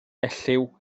elliw